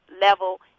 level